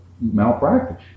malpractice